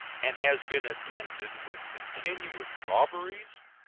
and has been attended with continuous robberies,